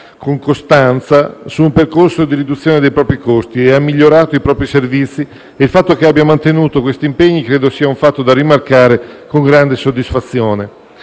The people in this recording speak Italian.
con costanza su un percorso di riduzione dei propri costi e ha migliorato i propri servizi, e il fatto che abbia mantenuto questi impegni credo sia da rimarcare con grande soddisfazione.